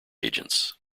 agents